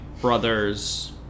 brothers